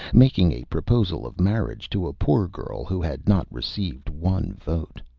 making a proposal of marriage to a poor girl who had not received one vote.